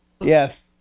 yes